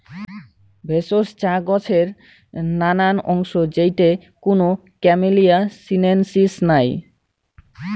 ভেষজ চা গছের নানান অংশ যেইটে কুনো ক্যামেলিয়া সিনেনসিস নাই